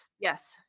Yes